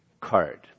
card